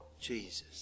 Jesus